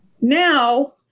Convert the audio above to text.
Now